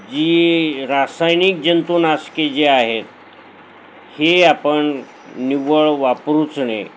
जी रासायनिक जंतूनाशके जी आहेत हे आपण निव्वळ वापरूच नये